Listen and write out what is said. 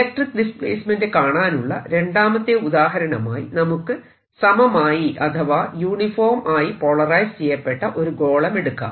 electric displacement കാണാനുള്ള രണ്ടാമത്തെ ഉദാഹരണമായി നമുക്ക് സമമായി അഥവാ യൂണിഫോം ആയി പോളറൈസ് ചെയ്യപ്പെട്ട ഒരു ഗോളം എടുക്കാം